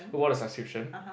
who won the subscription